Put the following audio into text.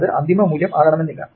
അത് അന്തിമ മൂല്യം ആകേണമെന്നില്ല